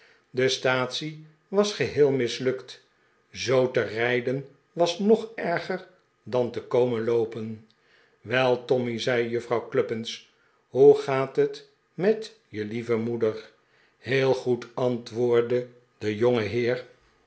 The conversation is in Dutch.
de staatsie was geheel mislukt zoo te rijden was nog erger dan te komen loopen wel tommy zei juffrouw cluppins hoe gaat het met je lieve moeder heel goed antwoordde de